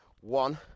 One